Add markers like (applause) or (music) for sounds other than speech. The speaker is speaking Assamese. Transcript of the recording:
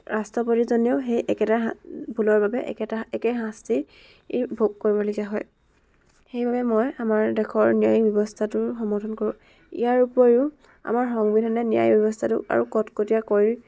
ৰাষ্ট্ৰপতিজনেও সেই একেটা (unintelligible) ভুলৰ বাবে একেটা একে শাস্তি ই ভোগ কৰিবলগীয়া হয় সেইবাবে মই আমাৰ দেশৰ ন্যায়িক ব্যৱস্থাটোৰ সমৰ্থন কৰোঁ ইয়াৰোপৰিও আমাৰ সংবিধানে ন্যায় ব্যৱস্থাটোক আৰু কটকটীয়া কৰি